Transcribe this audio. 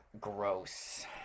gross